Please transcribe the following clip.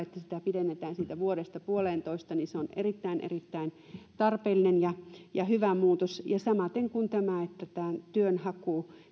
pidentäminen siitä vuodesta puoleentoista on erittäin erittäin tarpeellinen ja ja hyvä muutos samaten kuin tämä että työnhaun